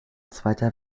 zweiter